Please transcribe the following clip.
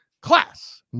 class